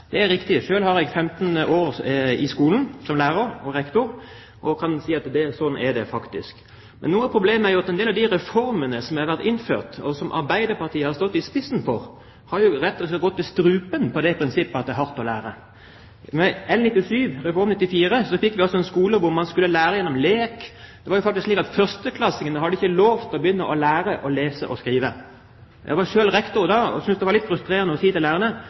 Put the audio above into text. Det er riktig. Selv har jeg arbeidet 15 år i skolen som lærer og rektor, og jeg kan si at slik er det faktisk. Men noe av problemet er at de reformene som har vært innført, og som Arbeiderpartiet har stått i spissen for, har rett og slett gått i strupen på prinsippet at det er hardt å lære. Med L97 og Reform 94 fikk vi en skole hvor man skulle lære gjennom lek. Det var faktisk slik at de som gikk i 1. klasse, ikke fikk lov til å lære å lese og skrive. Jeg var selv rektor da og syntes det var litt frustrerende å si til lærerne: